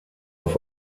auf